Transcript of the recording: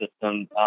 system